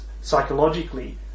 psychologically